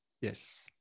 Yes